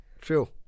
True